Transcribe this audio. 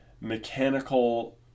mechanical